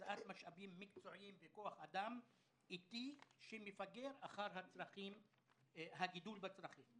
בהקצאת משאבים מקצועיים וכוח אדם איטית שמפגרת אחר הגידול בצרכים.